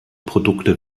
produkte